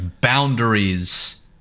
boundaries